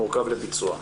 לביצוע.